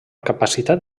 capacitat